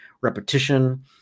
repetition